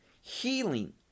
healing